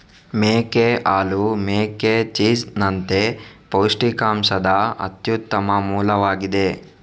ಮೇಕೆ ಹಾಲು ಮೇಕೆ ಚೀಸ್ ನಂತೆ ಪೌಷ್ಟಿಕಾಂಶದ ಅತ್ಯುತ್ತಮ ಮೂಲವಾಗಿದೆ